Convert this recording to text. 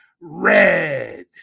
Red